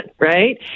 right